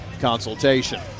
consultation